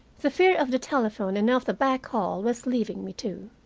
the fear of the telephone and of the back hall was leaving me, too.